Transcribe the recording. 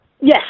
Yes